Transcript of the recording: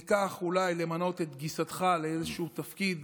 וכך אולי למנות את גיסתך לאיזשהו תפקיד